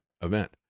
event